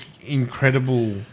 incredible